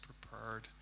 prepared